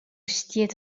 stiet